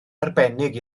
arbennig